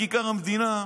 בכיכר המדינה,